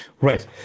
Right